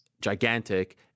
gigantic